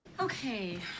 Okay